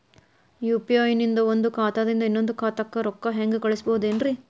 UPI ನಿಂದ ಒಂದ್ ಖಾತಾದಿಂದ ಇನ್ನೊಂದು ಖಾತಾಕ್ಕ ರೊಕ್ಕ ಹೆಂಗ್ ಕಳಸ್ಬೋದೇನ್ರಿ?